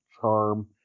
charm